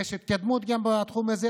יש גם התקדמות בתחום הזה.